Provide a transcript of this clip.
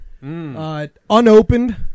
unopened